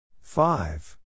FIVE